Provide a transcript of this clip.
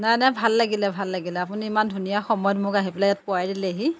নাই নাই ভাল লাগিলে ভাল লাগিলে আপুনি ইমান ধুনীয়া সময়ত মোক আহি পেলাই ইয়াত পোৱাই দিলেহি